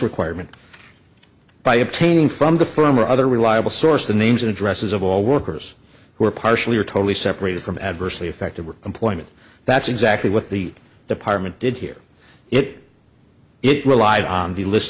requirement by obtaining from the firm or other reliable source the names and addresses of all workers who are partially or totally separated from adversely affected her employment that's exactly what the department did hear it it relied on the list